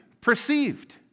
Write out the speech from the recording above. perceived